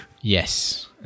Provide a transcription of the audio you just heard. Yes